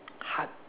heart